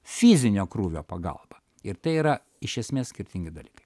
fizinio krūvio pagalba ir tai yra iš esmės skirtingi dalykai